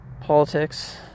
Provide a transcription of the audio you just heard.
Politics